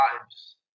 lives